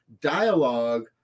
dialogue